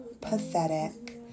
pathetic